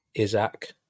Isaac